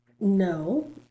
no